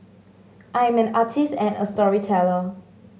I am an artist and a storyteller